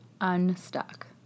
unstuck